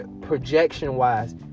projection-wise